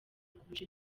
kurusha